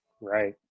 right